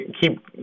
keep